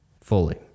fully